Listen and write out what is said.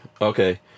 Okay